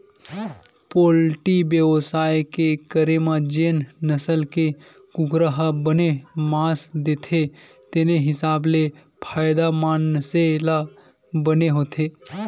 poultry बेवसाय के करे म जेन नसल के कुकरा ह बने मांस देथे तेने हिसाब ले फायदा मनसे ल बने होथे